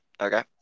Okay